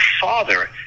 father